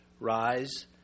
Rise